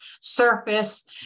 surface